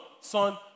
son